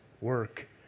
work